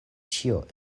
ĉio